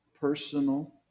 personal